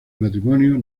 matrimonio